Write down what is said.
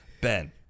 Ben